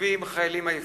יושבים חיילים עייפים.